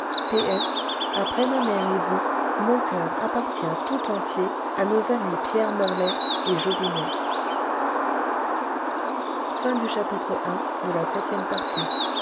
après ma mère et vous mon coeur appartient tout entier à nos amis pierre morlaix et jobinet